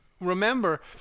Remember